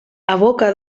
evoca